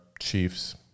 Chiefs